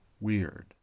weird